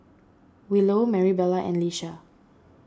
Willow Marybelle and Lisha